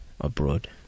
Abroad